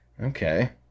Okay